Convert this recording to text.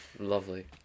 Lovely